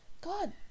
GOD